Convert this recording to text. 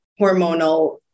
hormonal